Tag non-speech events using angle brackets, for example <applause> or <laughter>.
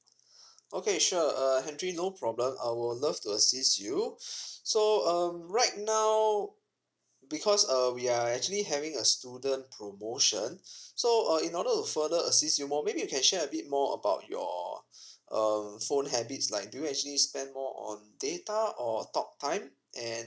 okay sure uh henry no problem I will love to assist you <breath> so um right now because uh we are actually having a student promotion so uh in order to further assist you more maybe you can share a bit more about your um phone habits like do you actually spend more on data or talk time and